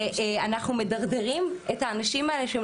שאנחנו מדרדרים את האנשים האלה שהם